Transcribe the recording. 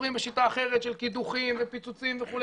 חופרים בשיטה אחרת של קידוחים ופיצוצים וכו',